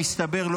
מסתבר,